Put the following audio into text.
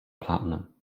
platinum